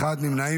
אחד נמנע,